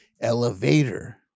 elevator